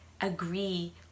agree